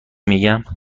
میگم